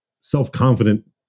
self-confident